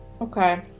Okay